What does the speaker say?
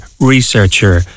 researcher